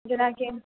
जेनाकि